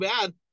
bad